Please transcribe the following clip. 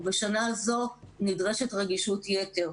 ובשנה הזו נדרשת רגישות יתר.